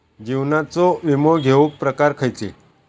जीवनाचो विमो घेऊक प्रकार खैचे?